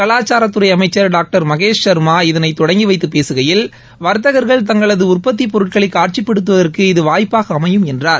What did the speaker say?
கலாச்சாரத்துறை அமைச்சர் டாக்டர் மகேஷ் சர்மா இதனை தொடங்கி வைத்து பேககையில் வர்த்தகர்கள் தங்களது உற்பத்தி பொருட்களை காட்சிப்படுத்துவதற்கு இது வாய்ப்பாக அமையும் என்றார்